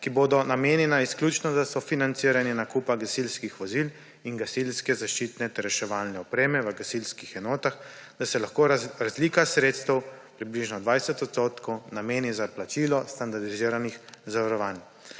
ki bodo namenjena izključno za sofinanciranje nakupa gasilskih vozil in gasilske zaščitne ter reševalne opreme v gasilskih enotah, da se lahko razlika sredstev, približno 20 odstotkov, nameni za plačilo standardiziranih zavarovanj.